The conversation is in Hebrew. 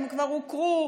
הם כבר הוכרו,